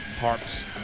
Harps